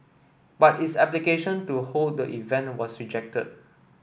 but its application to hold the event was rejected